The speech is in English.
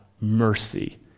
mercy